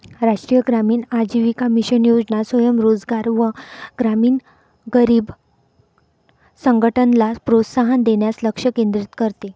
राष्ट्रीय ग्रामीण आजीविका मिशन योजना स्वयं रोजगार व ग्रामीण गरीब संघटनला प्रोत्साहन देण्यास लक्ष केंद्रित करते